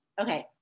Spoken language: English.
Okay